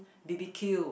b_b_q